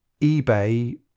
eBay